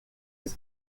was